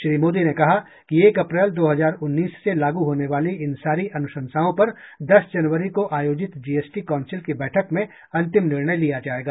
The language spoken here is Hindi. श्री मोदी ने कहा कि एक अप्रैल दो हजार उन्नीस से लागू होने वाली इन सारी अनुशंसाओं पर दस जनवरी को आयोजित जीएसटी कौंसिल की बैठक में अंतिम निर्णय लिया जायेगा